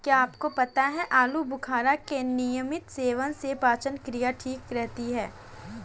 क्या आपको पता है आलूबुखारा के नियमित सेवन से पाचन क्रिया ठीक रहती है?